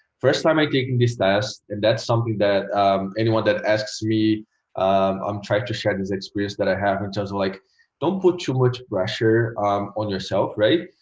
first time i'm taking this test and that's something that anyone that asks me i'm trying to share this experience that i have in terms of like don't put too much pressure on yourself right.